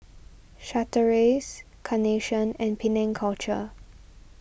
Chateraise Carnation and Penang Culture